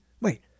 Wait